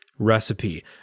recipe